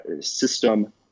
system